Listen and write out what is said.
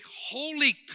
holy